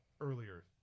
earlier